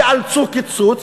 ייאלצו לקצץ,